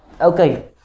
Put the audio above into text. okay